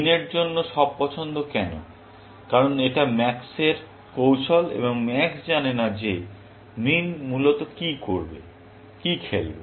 মিন এর জন্য সব পছন্দ কেন কারণ এটা ম্যাক্স এর কৌশল এবং max জানে না যে min মূলত কী খেলবে